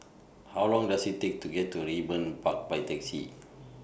How Long Does IT Take to get to Raeburn Park By Taxi